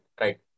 right